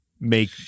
make